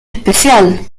especial